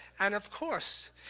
and, of course,